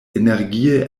energie